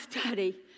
study